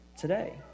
today